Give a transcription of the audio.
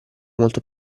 molto